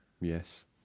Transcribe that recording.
yes